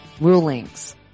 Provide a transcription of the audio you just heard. rulings